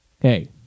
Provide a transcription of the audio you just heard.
hey